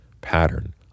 pattern